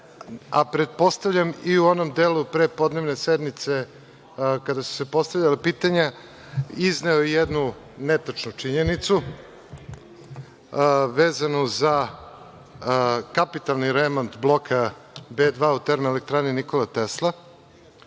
a pretpostavljam i u onom delu prepodnevne sednice kada su se postavljala pitanja, izneo jednu netačnu činjenicu vezanu za kapitalni remont bloka B2 u Elektrani „Nikola Tesla“.